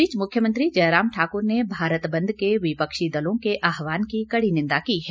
इस बीच मुख्यमंत्री जयराम ठाकुर ने भारत बंद के विपक्षी दलों के आह्वान की कड़ी निंदा की है